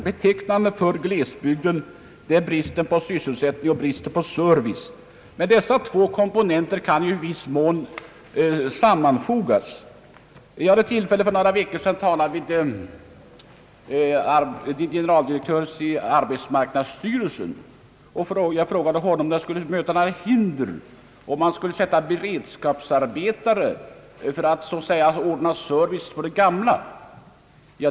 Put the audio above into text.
Betecknande för glesbygden är bristen på sysselsättning och service, men dessa två komponenter kan i viss mån sammanfogas. För några veckor sedan hade jag tillfälle att tala med generaldirektören i arbetsmarknadsstyrelsen, och jag frågade honom, om det skulle möta några hinder att sätta beredskapsarbetare till att ordna service för de gamla.